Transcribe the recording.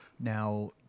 Now